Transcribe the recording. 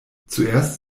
zuerst